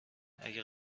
اگه